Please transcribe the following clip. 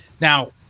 Now